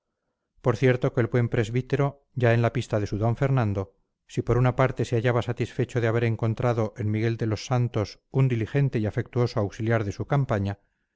por cierto que el buen presbítero ya en la pista de su d fernando si por una parte se hallaba satisfecho de haber encontrado en miguel de los santos un diligente y afectuoso auxiliar de su campaña